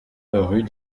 rue